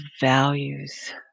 values